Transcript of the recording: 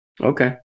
Okay